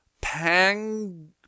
Pang